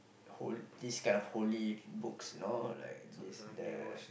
hol~ this kind holy books you know like this the